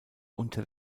unter